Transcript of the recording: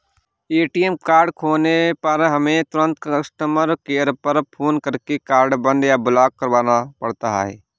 ATM card खोने पर हमें तुरंत कस्टमर केयर पर फ़ोन करके कार्ड बंद या ब्लॉक करवाना पड़ता है